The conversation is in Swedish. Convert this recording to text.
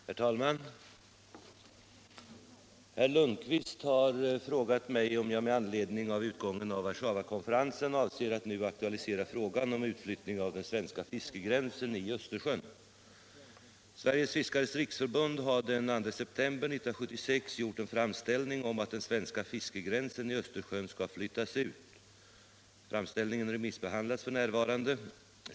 Herr talman! Herr Lundkvist har frågat mig om jag med anledning av utgången av Warszawakonferensen avser att nu aktualisera frågan om utflyttning av den svenska fiskegränsen i Östersjön. Sveriges fiskares riksförbund har den 2 september 1976 gjort en framställning om att den svenska fiskegränsen i Östersjön skall flyttas ut. Framställningen remissbehandlas f. n.